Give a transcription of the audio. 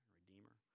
redeemer